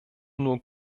nur